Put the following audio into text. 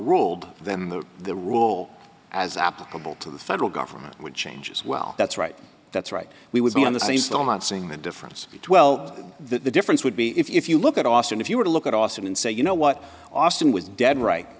ruled them though the rule as applicable to the federal government would change as well that's right that's right we would be on the scene still not seeing the difference between well that the difference would be if you look at austin if you were to look at austin and say you know what austin was dead right